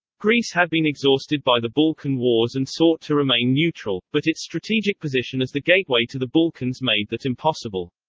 greece had been exhausted by the balkan wars and sought to remain neutral, but its strategic position as the gateway to the balkans made that impossible.